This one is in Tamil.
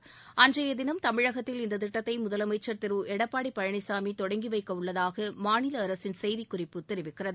திட்டத்தை தினம் தமிழகத்தில் அன்றைய இந்த முதலமைச்சர் திரு எடப்பாடி பழனிசாமி தொடங்கி வைக்க உள்ளதாக மாநில அரசின் செய்திக் குறிப்பு தெரிவிக்கிறது